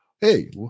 hey